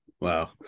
wow